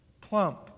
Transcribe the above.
Plump